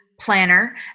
planner